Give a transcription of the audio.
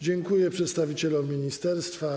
Dziękuję przedstawicielom ministerstwa.